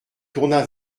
tourna